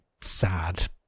sad